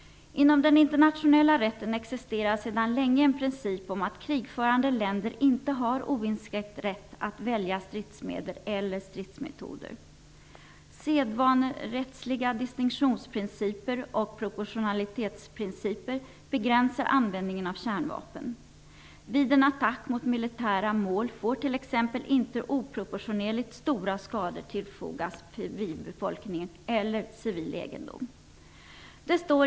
Inom den internationella rätten existerar sedan länge en princip om att krigförande länder inte har oinskränkt rätt att välja stridsmedel eller stridsmetoder. Sedvanerättsliga distinktionsprinciper och proportionalitetsprinciper begränsar användningen av kärnvapen. Vid en attack mot militära mål får t.ex. inte oproportionerligt stora skador tillfogas civilbefolkningen eller civil egendom.